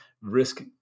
risk